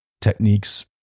techniques